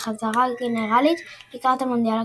כחזרה גנרלית לקראת המונדיאל הקרוב.